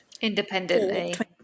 independently